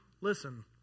Listen